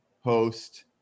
host